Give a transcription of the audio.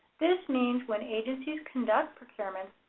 this means when agencies conduct procurements,